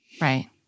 Right